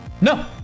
No